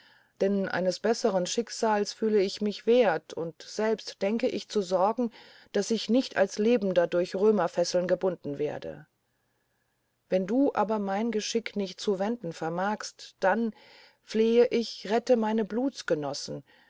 denn eines besseren schicksals fühle ich mich wert und selbst denke ich zu sorgen daß ich nicht als lebender durch römerfesseln gebunden werde wenn du aber mein geschick nicht zu wenden vermagst dann flehe ich rette meine